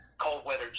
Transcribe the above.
cold-weather